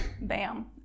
bam